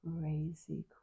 crazy